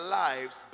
lives